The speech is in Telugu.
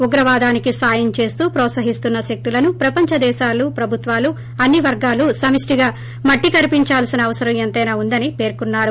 ఉగ్రవాదానికి సాయం చేస్తూ ప్రోత్సహిస్తున్న శక్తులను ప్రపంచ దేశాలు ప్రభుత్వాలు అన్ని వర్గాలు సమప్లిగా మట్లికరిపించాల్సిన అవసరం ఎంత్రెనా ఉందని పేర్కొన్నారు